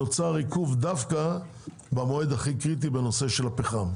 נוצר עיכוב דווקא במועד הכי קריטי בנושא של הפחם,